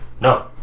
no